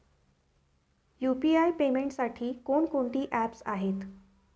UPI पेमेंटसाठी कोणकोणती apps आहेत?